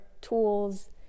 tools